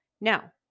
Now